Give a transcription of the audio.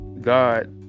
God